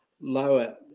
lower